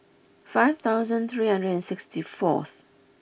five thousand three hundred and sixty fourth